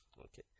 Okay